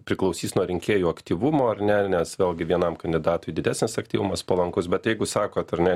priklausys nuo rinkėjų aktyvumo ar ne nes vėlgi vienam kandidatui didesnis aktyvumas palankus bet jeigu sakot ar ne